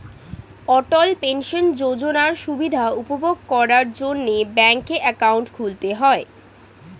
অটল pension যোজনার সুবিধা উপভোগ করার জন্যে ব্যাংকে অ্যাকাউন্ট খুলতে হয়